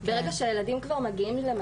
ברגע שהילדים מגיעים כבר למצב,